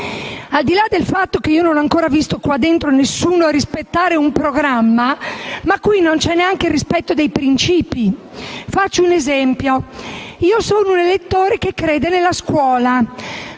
Al di là del fatto che non ho ancora visto nessuno qua dentro rispettare un programma, qui non c'è neanche rispetto dei principi. Faccio un esempio: sono un elettore che crede nella scuola